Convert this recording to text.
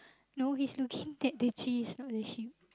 no he is looking at the tree it's not the sheep